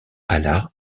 allard